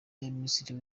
minisitiri